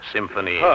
Symphony